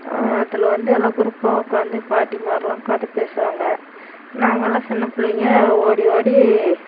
அதில் வந்து எல்லாம் குரூப்பாக உட்காந்து பாட்டி மாரெலாம் கதை பேசுவாங்க நாங்கெல்லாம் சின்ன பிள்ளைங்க ஓடி ஓடி